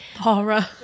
horror